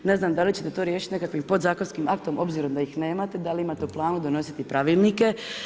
Ne znam da li ćete to riješiti nekakvim podzakonskim aktom, obzorom da ih nemate, da li imate u planu donositi pravilnike.